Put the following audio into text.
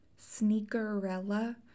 Sneakerella